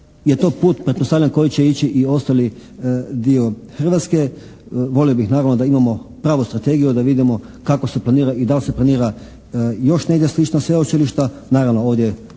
je to put pretpostavljam kojim će ići i ostali dio Hrvatske. Volio bih naravno da imamo pravu strategiju i da vidimo kako se planira i dal' se planira još negdje slična sveučilišta.